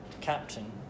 captain